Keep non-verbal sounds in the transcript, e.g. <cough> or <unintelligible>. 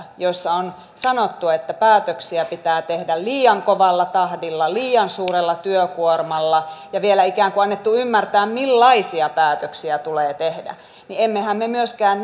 joissa on sanottu että päätöksiä pitää tehdä liian kovalla tahdilla liian suurella työkuormalla ja vielä on ikään kuin annettu ymmärtää millaisia päätöksiä tulee tehdä emme me myöskään <unintelligible>